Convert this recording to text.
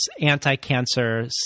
anti-cancer